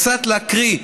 קצת להקריא,